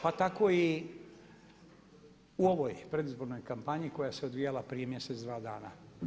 Pa tako i u ovoj predizbornoj kampanji koja se odvijala prije mjesec, dva dana.